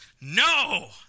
no